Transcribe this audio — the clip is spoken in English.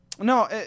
no